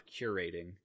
curating